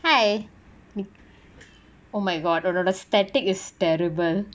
hi oh my god the static is terrible